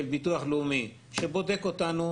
של ביטוח לאומי שבודק אותנו,